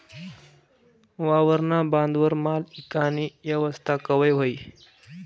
वावरना बांधवर माल ईकानी येवस्था कवय व्हयी?